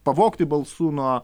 pavogti balsų nuo